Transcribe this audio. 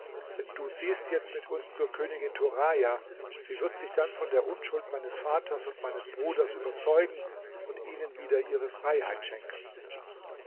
denn du ziehst jetzt mit uns zur königin turaja sie wird sich dann von der unschuld meines vaters und meines bruders überzeugen und ihnen wieder ihre freiheit schenken